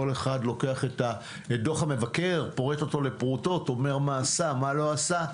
כל אחד לוקח את דוח המבקר ופורט אותו לפרוטות ואומר מה עשה ומה לא עשה.